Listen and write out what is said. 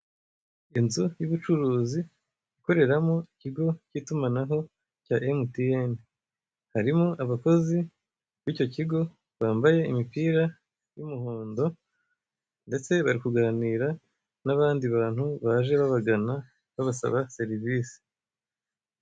Inzu y'ubucuruzi ikoreramo ikigo cy'itumanaho cya emutiyene, harimo abakozi b'icyo kigo bambaye imipira y'umuhondo; ndetse bari kuganira n'abandi bantu baje babagana babasaba serivise.